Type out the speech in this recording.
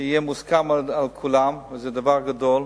שיהיה מוסכם על כולם, וזה דבר גדול.